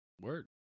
Word